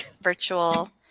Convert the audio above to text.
virtual